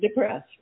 depressed